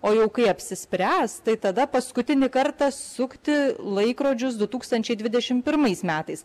o jau kai apsispręs tai tada paskutinį kartą sukti laikrodžius du tūkstančiai dvidešim pirmais metais